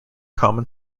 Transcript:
common